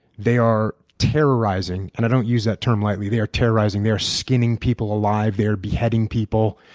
they are terrorizing and i don't use that term lightly they are terrorizing they are skinning people alive, they are beheading people.